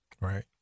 Right